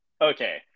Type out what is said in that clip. Okay